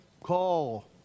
Call